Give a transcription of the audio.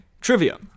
Trivia